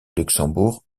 luxembourg